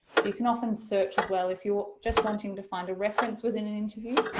so you can often search as well if you're just wanting to find a reference within an interview,